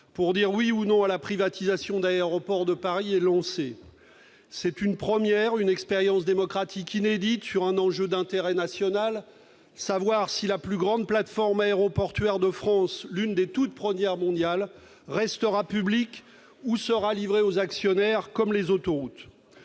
référendum sur la privatisation d'Aéroports de Paris est lancée. C'est une première, une expérience démocratique inédite, portant sur un enjeu d'intérêt national : il s'agit de savoir si la plus grande plateforme aéroportuaire de France, l'une des toutes premières au monde, restera publique ou sera livrée aux actionnaires, comme les autoroutes